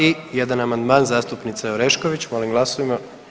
I jedan amandman zastupnice Orešković, molim glasujmo.